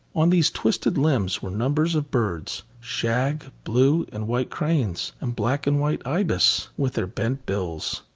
on these twisted limbs were numbers of birds shag, blue and white cranes, and black and white ibis with their bent bills.